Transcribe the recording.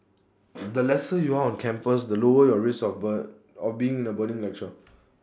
the lesser you are on campus the lower your risk of burn of being in A burning lecture